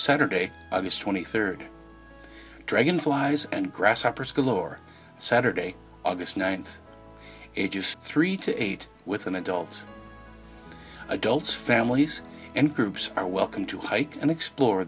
saturday august twenty third dragon flies and grasshoppers galore saturday august ninth ages three to eight with an adult adults families and groups are welcome to hike and